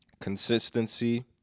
consistency